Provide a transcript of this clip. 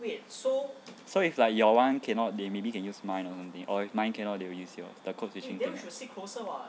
so if like your one cannot they maybe can use mine or something or mine cannot then they will use yours the code switching thing